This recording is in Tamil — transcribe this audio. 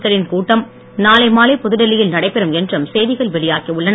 க்களின் கூட்டம் நாளை மாலை புதுடெல்லியில் நடைபெறும் என்றும் செய்திகள் வெளியாகி உள்ளன